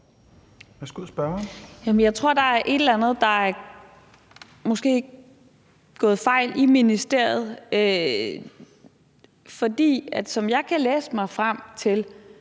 Jeg tror måske, der er et eller andet, der er gået galt i ministeriet, for som jeg kan læse mig frem til,